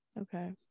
Okay